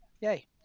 Yay